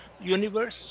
universe